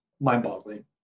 mind-boggling